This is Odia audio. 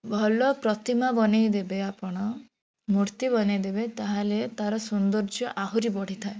ଭଲ ପ୍ରତିମା ବନେଇ ଦେବେ ଆପଣ ମୂର୍ତ୍ତି ବନେଇ ଦେବେ ତାହାଲେ ତାର ସୌନ୍ଦର୍ଯ୍ୟ ଆହୁରି ବଢ଼ିଥାଏ